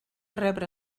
rebre